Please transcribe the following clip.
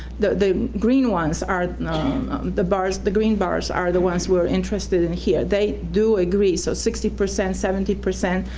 the the green ones are the bars, the green bars are the ones we're interested in here. they do agree, so sixty percent, seventy percent,